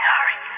Hurry